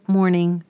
Morning